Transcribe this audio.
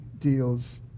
deals